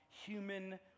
human